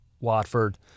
Watford